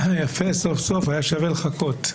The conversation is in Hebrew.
יפה, סוף סוף, היה שווה לחכות.